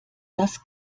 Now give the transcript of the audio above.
das